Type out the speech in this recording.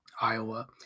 Iowa